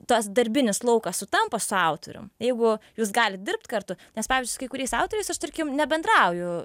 tas darbinis laukas sutampa su autorium jeigu jūs galit dirbt kartu nes pavyzdžiui su kai kuriais autoriais aš tarkim nebendrauju